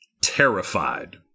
terrified